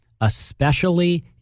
especially-